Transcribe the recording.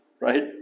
right